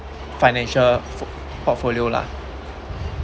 financial portfolio lah